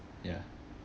ya